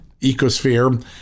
ecosphere